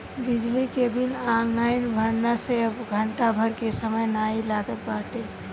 बिजली के bill online भरला से अब घंटा भर के समय नाइ लागत बाटे